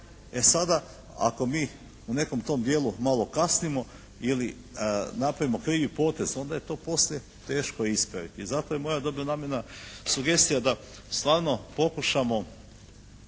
E sada, ako mi u nekom tom dijelu malo kasnimo ili napravimo krivi potez onda je to poslije teško ispraviti. I zato je moja dobra namjena sugestija da stvarno pokušamo